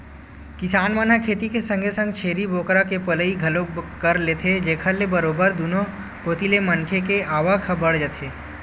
किसान मन ह खेती के संगे संग छेरी बोकरा के पलई घलोक कर लेथे जेखर ले बरोबर दुनो कोती ले मनखे के आवक ह बड़ जाथे